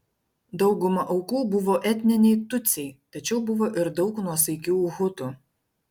dauguma aukų buvo etniniai tutsiai tačiau buvo ir daug nuosaikių hutų